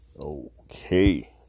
okay